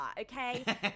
okay